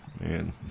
man